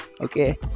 okay